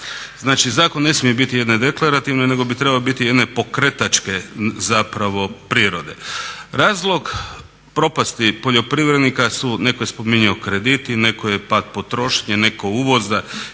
Znači, zakon ne smije biti jedne deklarativne, nego bi trebao biti jedne pokretačke zapravo prirode. Razlog propasti poljoprivrednika su netko je spominjao krediti, netko je pad potrošnje, netko uvoza